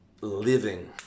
living